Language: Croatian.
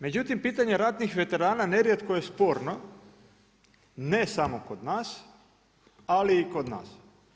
Međutim, pitanje ratnih veterana nerijetko je sporno ne samo kod nas, ali i kod nas.